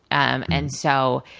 and so,